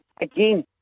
again